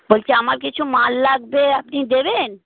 বলছি আমার কিছু মাল লাগবে আপনি দেবেন